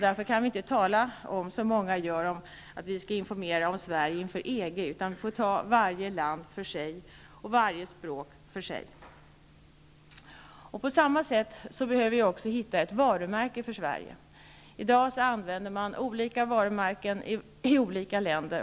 Därför kan vi inte, som många gör, tala om att vi skall informera om Sverige inför EG, utan vi får ta varje land och varje språk för sig. På samma sätt behöver vi också hitta ett varumärke för Sverige. I dag använder man olika varumärken i olika länder.